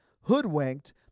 Hoodwinked